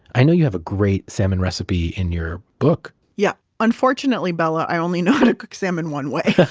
i know you have a great salmon recipe in your book yeah. unfortunately, bella, i only know how to cook salmon one way.